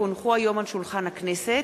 כי הונחו היום על שולחן הכנסת,